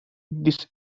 this